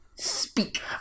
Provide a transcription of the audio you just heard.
Speak